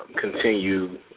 Continue